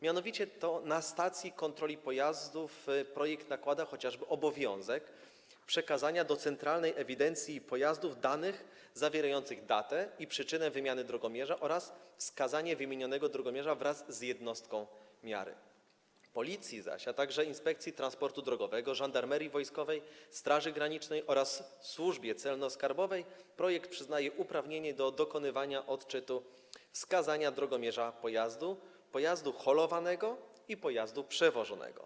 Mianowicie na stacje kontroli pojazdów projekt nakłada chociażby obowiązek przekazywania do Centralnej Ewidencji Pojazdów danych zawierających datę i przyczynę wymiany drogomierza oraz wskazanie wymienionego drogomierza wraz z jednostką miary, Policji zaś, a także Inspekcji Transportu Drogowego, Żandarmerii Wojskowej, Straży Granicznej oraz Służbie Celno-Skarbowej przyznaje uprawnienie do dokonywania odczytu wskazania drogomierza pojazdu, pojazdu holowanego i pojazdu przewożonego.